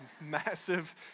massive